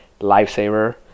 lifesaver